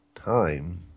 time